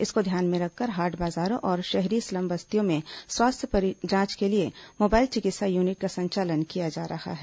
इसको ध्यान में रखकर हाट बाजारों में और शहरी स्लम बस्तियों में स्वास्थ्य जांच के लिए मोबाइल चिकित्सा यूनिट का संचालन किया जा रहा है